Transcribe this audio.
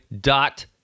dot